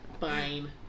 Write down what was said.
fine